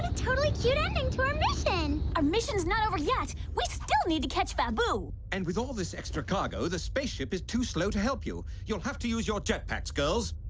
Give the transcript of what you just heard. totally kidnapping for methane emissions not over yet we still need to catch bamboo and with all this extra cargo the spaceship is too slow to help you you'll have to use your jet packs girls.